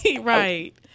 right